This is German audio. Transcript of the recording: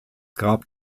gab